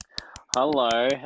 Hello